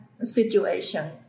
situation